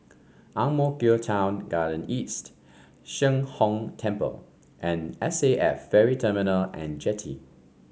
Ang Mo Kio Town Garden East Sheng Hong Temple and S A F Ferry Terminal and Jetty